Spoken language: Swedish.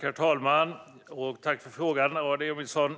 Herr talman! Tack för frågan, Aron Emilsson!